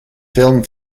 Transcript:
film